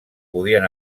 podien